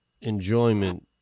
enjoyment